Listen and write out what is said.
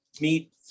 meat